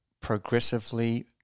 progressively